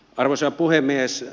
arvoisa puhemies